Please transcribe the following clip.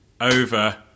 over